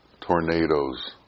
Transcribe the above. tornadoes